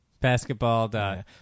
Basketball